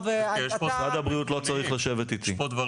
--- משרד הבריאות לא צריך לשבת איתי.